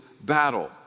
battle